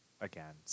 again